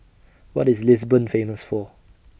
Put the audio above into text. What IS Lisbon Famous For